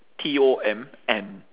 T O M and